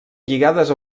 lligades